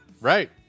Right